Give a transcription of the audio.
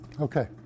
Okay